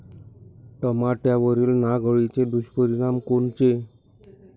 टमाट्यावरील नाग अळीचे दुष्परिणाम कोनचे?